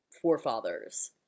forefathers